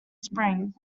spring